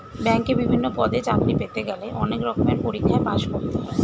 ব্যাংকে বিভিন্ন পদে চাকরি পেতে গেলে অনেক রকমের পরীক্ষায় পাশ করতে হয়